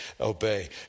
obey